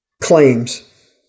claims